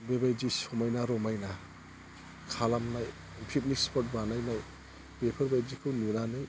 बेबायदि समायना रमायना खालामनाय पिकनिक स्पट बानायनाय बेफोरबायदिखौ नुनानै